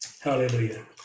Hallelujah